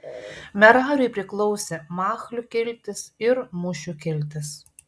merariui priklausė machlių kiltis ir mušių kiltis